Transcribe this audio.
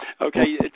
Okay